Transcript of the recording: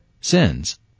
sins